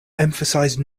emphasized